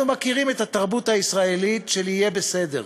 אנחנו מכירים את התרבות הישראלית של "יהיה בסדר",